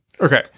Okay